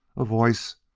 a voice,